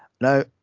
Now